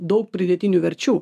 daug pridėtinių verčių